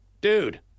dude